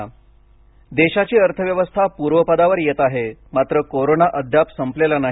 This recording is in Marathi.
पंतप्रधान देशाची अर्थव्यवस्था पूर्वपदावर येत आहे मात्र कोरोना अद्याप संपलेला नाही